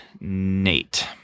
Nate